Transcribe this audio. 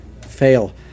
fail